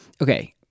Okay